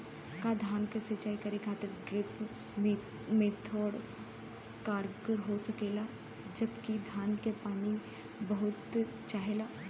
का धान क सिंचाई खातिर ड्रिप मेथड कारगर हो सकेला जबकि धान के पानी बहुत चाहेला?